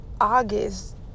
August